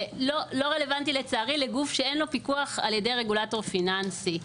לא רלוונטי לצערי לגוף שאין לו פיקוח על ידי רגולטור פיננסי,